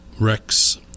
Rex